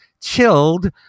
chilled